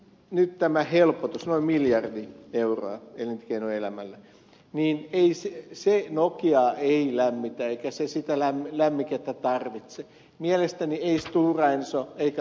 nyt tämä helpotus noin miljardi euroa elinkeinoelämälle ei nokiaa lämmitä eikä se sitä lämmikettä tarvitse mielestäni ei stora enso eikä upmkään